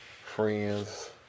friends